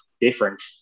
different